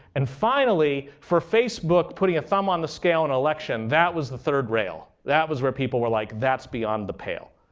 and finally, for facebook putting a thumb on the scale on election, that was the third rail. that was where people were like, that's beyond the pale.